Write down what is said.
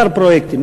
כמה פרויקטים.